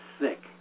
sick